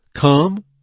Come